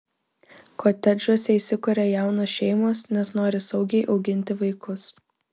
kotedžuose įsikuria jaunos šeimos nes nori saugiai auginti vaikus